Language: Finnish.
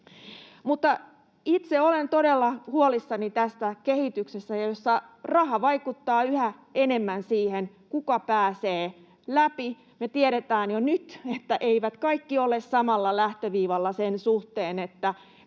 Itse olen todella huolissani tästä kehityksestä, jossa raha vaikuttaa yhä enemmän siihen, kuka pääsee läpi. Me tiedetään jo nyt, että eivät kaikki ole samalla lähtöviivalla sen suhteen,